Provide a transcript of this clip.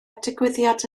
digwyddiad